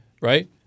right